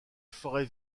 forêts